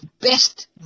best